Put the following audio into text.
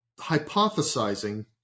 hypothesizing